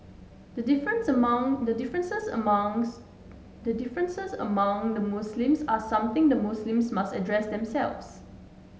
the differences among the differences among the differences among the Muslims are something the Muslims must address themselves